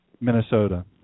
Minnesota